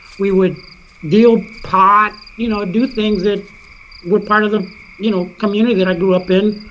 we would deal pot, you know do things that were part of the you know community that i grew up in.